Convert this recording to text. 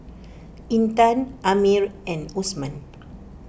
Intan Ammir and Osman